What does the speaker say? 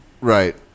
Right